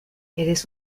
eres